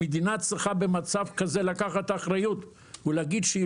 המדינה צריכה במצב כזה לקחת אחריות ולהגיד שהיא